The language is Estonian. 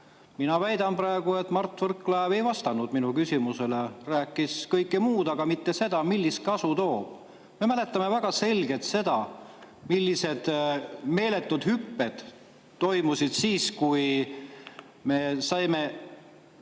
Mina väidan praegu, et Mart Võrklaev ei vastanud minu küsimusele, vaid rääkis kõike muud, aga mitte seda, millist kasu see toob. Me mäletame väga selgelt seda, millised meeletud hüpped toimusid siis, kui me saime